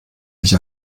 sich